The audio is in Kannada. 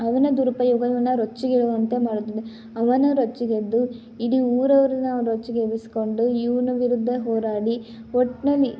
ಅವನ ದುರುಪಯೋಗ ಇವನನ್ನ ರೊಚ್ಚಿಗೇಳುವಂತೆ ಮಾಡುತ್ತದೆ ಅವನ ರೊಚ್ಚಿಗೆದ್ದು ಇಡೀ ಊರವರನ್ನ ರೊಚ್ಚಿಗೆಬ್ಬಿಸ್ಕೊಂಡು ಇವ್ನ ವಿರುದ್ಧ ಹೋರಾಡಿ ಒಟ್ಟಿನಲ್ಲಿ